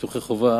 בביטוחי חובה